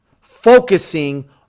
focusing